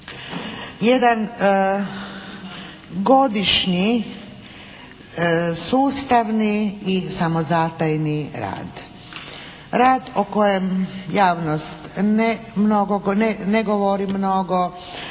Jedan godišnji sustavni i samozatajni rad, rad o kojem javnost ne govori mnogo,